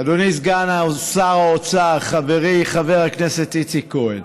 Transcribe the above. אדוני סגן שר האוצר חברי חבר הכנסת איציק כהן,